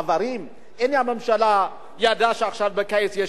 הממשלה ידעה שעכשיו בקיץ יש עוד מחאה חברתית.